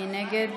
מי נגד?